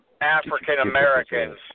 African-Americans